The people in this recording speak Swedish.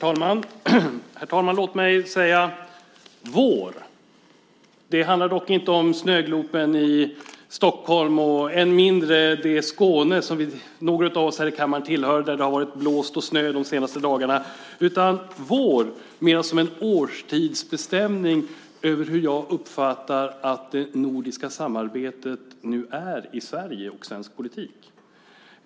Herr talman! Låt mig säga "vår". Det handlar dock inte om snögloppet i Stockholm och än mindre om det Skåne som några av oss här i kammaren tillhör, där det har varit blåst och snö de senaste dagarna, utan om "vår" som en årstidsbestämning av hur jag uppfattar att det nordiska samarbetet nu är i Sverige och svensk politik.